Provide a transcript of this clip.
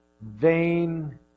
vain